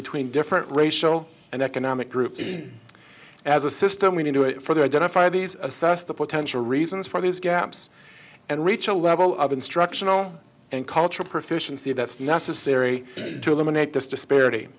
between different racial and economic groups as a system we do it for the identify these assess the potential reasons for these gaps and reach a level of instructional and cultural proficiency that's necessary to eliminate this disparity